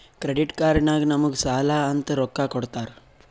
credit card ನಾಗ್ ನಮುಗ್ ಸಾಲ ಅಂತ್ ರೊಕ್ಕಾ ಕೊಡ್ತಾರ್